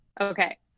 Okay